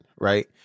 right